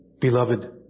Beloved